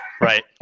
Right